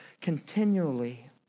continually